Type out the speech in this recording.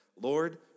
Lord